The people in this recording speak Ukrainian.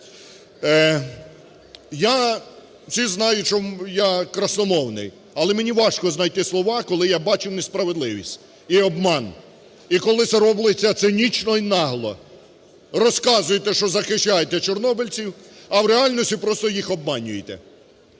Всі знають, що я красномовний, але мені важко знайти слова, коли я бачу несправедливість і обман, і коли це робиться цинічно і нагло. Розказуєте, що захищаєте чорнобильців, а в реальності просто їх обманюєте.